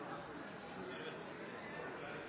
har fått sine